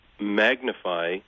magnify